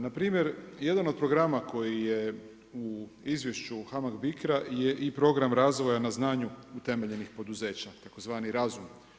Npr. jedan od programa koji je u izvješću u HAMAG BICO-a, je i program razvoja na znanju utemeljenih poduzeća, tzv. razum.